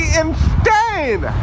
insane